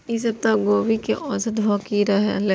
ई सप्ताह गोभी के औसत भाव की रहले?